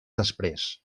després